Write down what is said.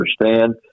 understand